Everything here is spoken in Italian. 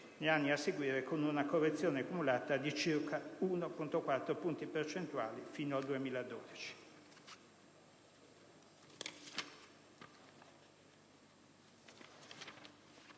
negli anni a seguire con una correzione cumulata di circa 1,4 punti percentuali fino al 2012.